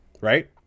right